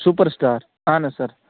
super star اہن حظ سر